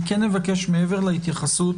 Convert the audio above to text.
כן אבקש מעבר להתייחסות